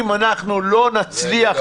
אם אנחנו לא נצליח